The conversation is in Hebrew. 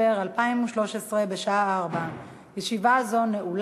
ההצעה תעבור